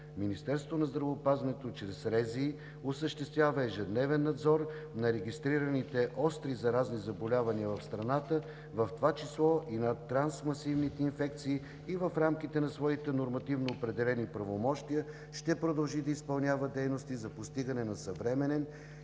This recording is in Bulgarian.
Министерството на здравеопазването чрез районните здравни инспекции осъществява ежедневен надзор на регистрираните остри заразни заболявания в страната, в това число и на трансмисивните инфекции, и в рамките на своите нормативно определени правомощия ще продължи да изпълнява дейности за постигане на съвременен